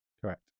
Correct